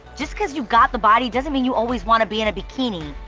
just cause you've got the body, doesn't mean you always wanna be in a bikini.